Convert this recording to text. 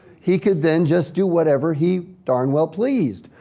he could then just do whatever he darn well pleased.